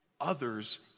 others